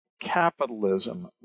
capitalism